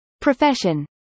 Profession